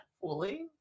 fully